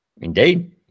indeed